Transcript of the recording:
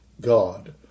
God